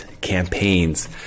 campaigns